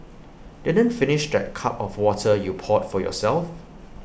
didn't finish that cup of water you poured for yourself